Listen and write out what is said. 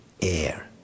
air